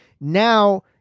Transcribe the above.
now